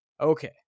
Okay